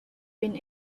been